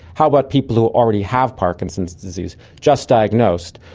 how about people who already have parkinson's disease, just diagnosed,